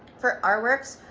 for our work,